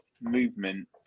movement